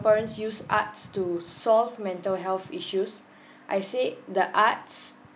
used arts to solve mental health issues I say the arts